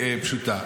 פשוטה.